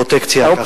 לאיזו פרוטקציה.